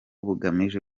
bugamije